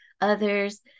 others